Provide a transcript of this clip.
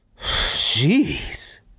jeez